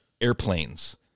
airplanes